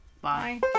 Bye